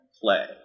play